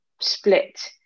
split